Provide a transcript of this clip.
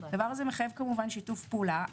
הדבר הזה מחייב כמובן שיתוף פעולה.